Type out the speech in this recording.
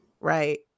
Right